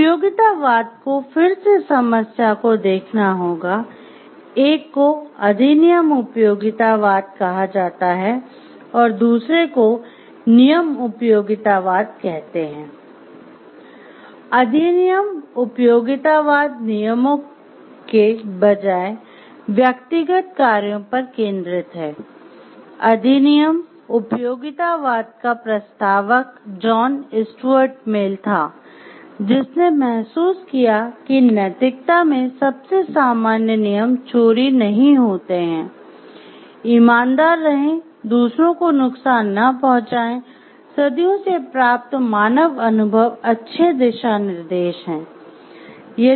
उपयोगितावाद को फिर से समस्या को देखना होगा एक को "अधिनियम उपयोगितावाद" था जिसने महसूस किया कि नैतिकता के सबसे सामान्य नियम चोरी नहीं होते हैं ईमानदार रहें दूसरों को नुकसान न पहुंचाएं सदियों से प्राप्त मानव अनुभव अच्छे दिशानिर्देश हैं